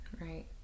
right